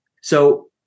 So-